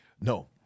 No